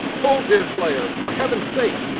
pull, deerslayer, for heaven's sake!